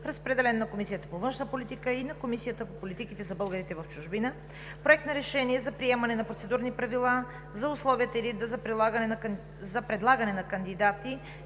Разпределен – на Комисията по външна политика и на Комисията по политиките за българите в чужбина. Проект на решение за приемане на Процедурни правила за условията и реда за предлагане на кандидати